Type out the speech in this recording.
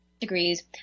degrees